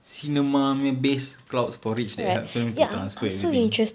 cinema punya based cloud storage that helps them to transfer everything